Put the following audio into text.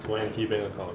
why empty bank account